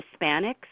Hispanics